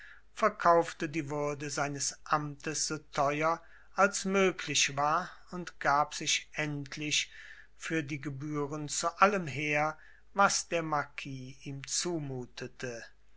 verkaufte die würde seines amtes so teuer als möglich war und gab sich endlich für die gebühren zu allem her was der marquis ihm zumutete